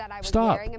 Stop